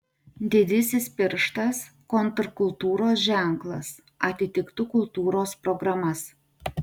didysis pirštas kontrkultūros ženklas atitiktų kultūros programas